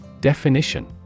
Definition